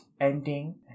ending